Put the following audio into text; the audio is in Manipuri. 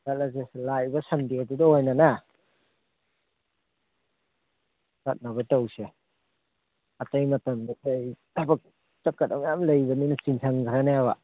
ꯆꯠꯂꯁꯦ ꯂꯥꯀꯏꯕ ꯁꯟꯗꯦꯗꯨꯗ ꯑꯣꯏꯅꯅꯦ ꯆꯠꯅꯕ ꯇꯧꯁꯦ ꯑꯇꯩ ꯃꯇꯝꯗꯗꯤ ꯑꯩ ꯊꯕꯀ ꯆꯠꯀꯗꯕ ꯃꯌꯥꯝ ꯂꯩꯕꯅꯤꯅ ꯆꯤꯟꯁꯟꯈ꯭ꯔꯅꯦꯕ